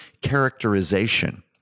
characterization